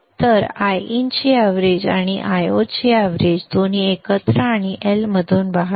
तर Iin ची average आणि Io ची एवरेज दोन्ही एकत्र आणि L मधून वाहत आहेत